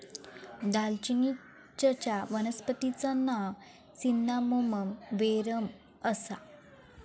दालचिनीचच्या वनस्पतिचा नाव सिन्नामोमम वेरेम आसा